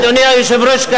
אדוני היושב-ראש,